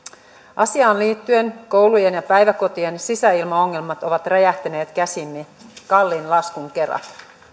asiaan liittyen koulujen ja päiväkotien sisäilmaongelmat ovat räjähtäneet käsiimme kalliin laskun kera